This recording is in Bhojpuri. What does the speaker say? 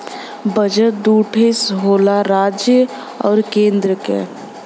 बजट दू ठे होला राज्य क आउर केन्द्र क